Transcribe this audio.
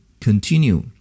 continue